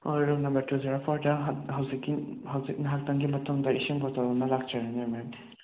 ꯍꯣꯏ room number two zero ꯐꯣꯔꯗ ꯍꯧꯖꯤꯛꯀꯤ ꯍꯧꯖꯤꯛ ꯉꯥꯏꯍꯥꯛꯇꯪꯒꯤ ꯃꯇꯨꯡꯗ ꯏꯁꯤꯡ ꯕꯣꯇꯜ ꯑꯃ ꯂꯥꯛꯆꯔꯅꯤ ꯃꯦꯝ